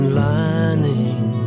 lining